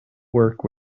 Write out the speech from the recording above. work